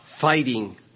fighting